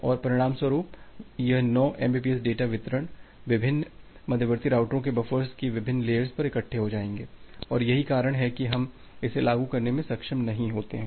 और परिणामस्वरूप यह 9 एमबीपीएस डेटा विभिन्न मध्यवर्ती राउटरों के बफ़र्स की विभिन्न लेयर्स पर इक्कठे हो जायेंगे और यही कारण है कि हम इसे लागू करने में सक्षम नहीं होते हैं